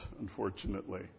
unfortunately